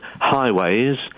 highways